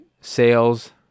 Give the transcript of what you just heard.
sales